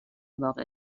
واقع